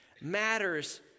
matters